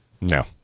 No